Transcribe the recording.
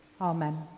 Amen